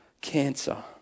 cancer